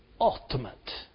ultimate